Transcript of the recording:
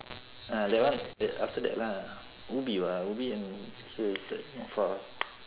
ah that one that after that lah ubi [what] ubi and here is like not far